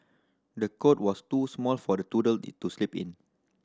the cot was too small for the toddler to sleep in